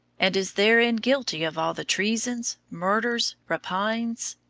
and is therein guilty of all the treasons, murders, rapines,